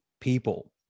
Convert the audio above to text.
people